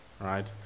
right